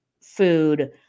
food